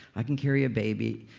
i can carry a baby.